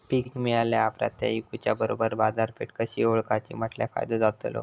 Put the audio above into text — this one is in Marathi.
पीक मिळाल्या ऑप्रात ता इकुच्या बरोबर बाजारपेठ कशी ओळखाची म्हटल्या फायदो जातलो?